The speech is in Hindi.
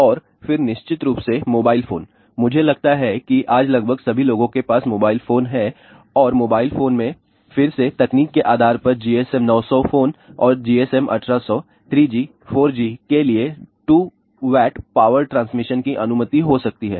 और फिर निश्चित रूप से मोबाइल फोन मुझे लगता है कि आज लगभग सभी लोगों के पास मोबाइल फोन हैं और मोबाइल फोन में फिर से तकनीक के आधार पर GSM 900 फोन और अन्य GSM 1800 3G 4G के लिए 2 W पावर ट्रांसमिशन की अनुमति हो सकती है